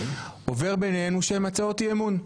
שעובר ביניהן הוא שהן הצעות אי-אמון.